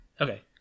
Okay